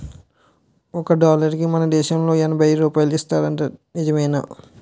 ఒక డాలరుకి మన దేశంలో ఎనబై రూపాయలు ఇస్తారట నిజమేనా